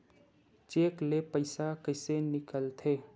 Cheque ले पईसा कइसे मिलथे?